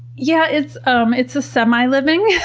yeah it's um it's a semi-living?